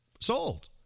sold